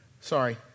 Sorry